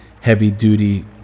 heavy-duty